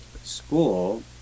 school